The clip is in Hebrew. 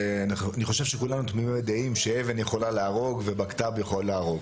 שאני חושב שכולנו תמימי דעים שאבן יכולה להרוג ובקת"ב יכול להרוג